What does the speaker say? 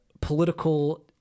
political